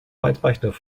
weitreichende